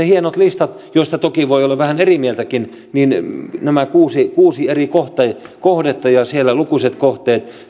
hienoista listoista joista toki voi olla vähän eri mieltäkin miten nämä kuusi eri kohdetta ja siellä lukuisat kohteet